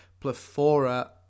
plethora